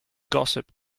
gossip